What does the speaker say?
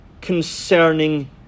concerning